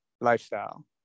lifestyle